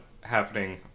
happening